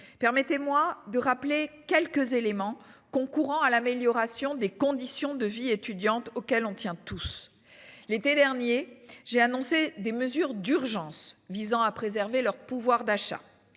Permettez-moi de rappeler quelques éléments concourant à l'amélioration des conditions de vie étudiantes, auquel on tient tous l'été dernier j'ai annoncé des mesures d'urgence visant à préserver leur pouvoir d'achat